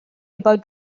about